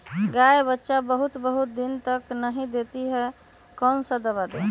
गाय बच्चा बहुत बहुत दिन तक नहीं देती कौन सा दवा दे?